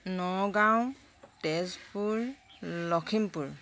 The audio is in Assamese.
নগাঁও তেজপুৰ লখিমপুৰ